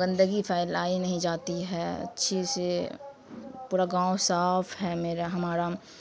گندگی پھیلائی نہیں جاتی ہے اچھی سے پورا گاؤں صاف ہے میرا ہمارا